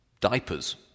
Diapers